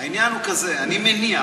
העניין הוא כזה: אני מניח,